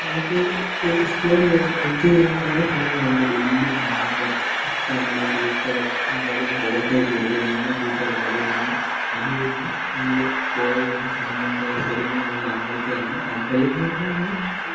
നമുക്ക് എക്സ്പ്ലോർ ചെയ്യാൻ എന്ജോയ് ചെയ്യാൻ കുറെ സ്ഥലങ്ങളുണ്ട് വലിയ ഗാർഡൻ ഇഷ്ടംപോലെ പൂക്കൾ നമുക്ക് അവിടെ നിന്ന് ഫോട്ടോയൊക്കെ എടുക്കാൻ ഞങ്ങൾ കൂട്ടുകാരൊക്കെ അവിടെ നിന്ന് അത് കഴിഞ്ഞ് നമ്മൾ പോയത് ചാമുണ്ഡേശ്വരി എന്ന് പറഞ്ഞ ഒരു അമ്പലത്തിലാണ് അമ്പലം എന്ന് പറഞ്ഞാൽ നമ്മൾ